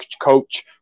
coach